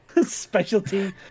Specialty